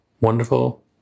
wonderful